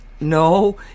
no